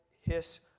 hiss